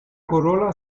corola